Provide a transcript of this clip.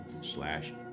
slash